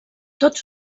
tots